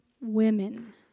women